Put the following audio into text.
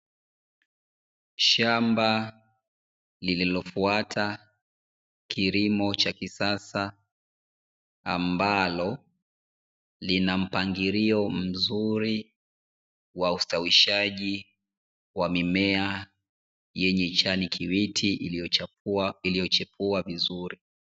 Shamba lililofuata kilimo cha kisasa ambalo lina mpangilio mzuri wa ustawishaji, wa mimea yenye kijani kibichi iliyochipua vizuri.